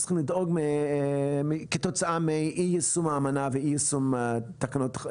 צריכים לדאוג מהם כתוצאה מאי יישום האמנה ואי יישום תקנות?